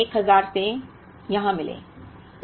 अब यहां 1000 से मिलें